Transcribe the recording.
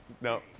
No